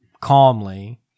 calmly